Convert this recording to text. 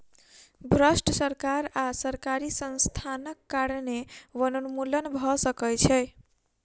भ्रष्ट सरकार आ सरकारी संस्थानक कारणें वनोन्मूलन भ सकै छै